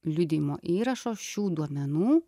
liudijimo įrašo šių duomenų